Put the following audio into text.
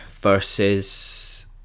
versus